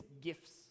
gifts